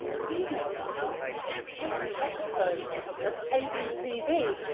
good evening and welcome to the fifth episode of kbtv,